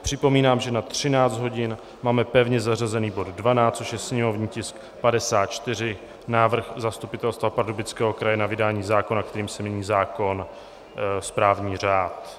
Připomínám, že na 13 hodin máme pevně zařazený bod 12, což je sněmovní tisk 54, návrh Zastupitelstva Pardubického kraje na vydání zákona, kterým se mění zákon správní řád.